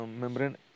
membrane